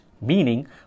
meaning